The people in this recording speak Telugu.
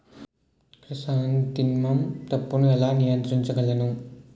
క్రిసాన్తిమం తప్పును ఎలా నియంత్రించగలను?